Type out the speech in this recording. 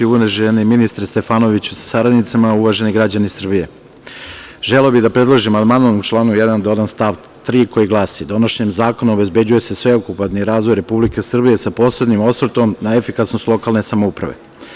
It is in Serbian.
Uvaženi ministre Stefanoviću sa saradnicima, uvaženi građani Srbije, želeo bih da predložim amandman u članu 1, da dodam stav 3. koji glasi – Donošenjem zakona obezbeđuje se sveukupni razvoj Republike Srbije, sa posebnim osvrtom na efikasnost lokalne samouprave.